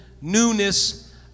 newness